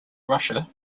russia